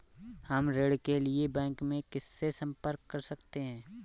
हम ऋण के लिए बैंक में किससे संपर्क कर सकते हैं?